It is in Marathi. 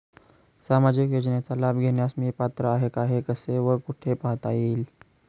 सामाजिक योजनेचा लाभ घेण्यास मी पात्र आहे का हे कसे व कुठे पाहता येईल?